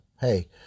Hey